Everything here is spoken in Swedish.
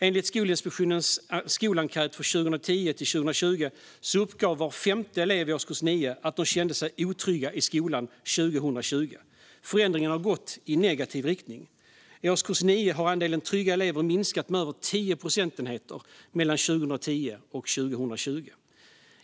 Enligt Skolinspektionens skolenkät för 2010-2020 uppgav var femte elev i årskurs 9 att man kände sig otrygg i skolan 2020. Förändringen har gått i negativ riktning. I årskurs 9 har andelen trygga elever minskat med över 10 procentenheter mellan 2010 och 2020.